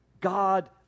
God